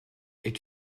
est